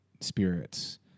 spirits